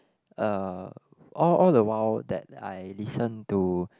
uh all all the while that I listen to